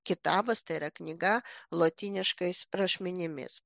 kitabas tai yra knyga lotyniškais rašmenimis